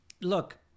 look